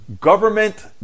Government